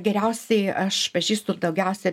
geriausiai aš pažįstu daugiausia